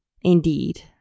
Indeed